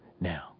Now